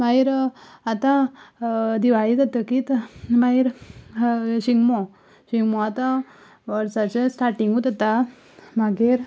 मागीर आतां दिवाळी जातकीच मागीर शिगमो शिगमो आतां वर्साचे स्टार्टींगूच जाता मागीर